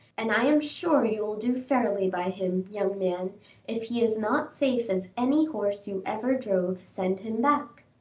and i am sure you will do fairly by him, young man if he is not safe as any horse you ever drove, send him back.